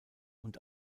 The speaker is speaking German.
und